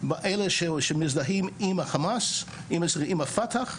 באלה שמזדהים עם החמאס, עם הפתח,